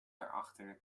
erachter